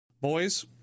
Boys